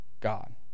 God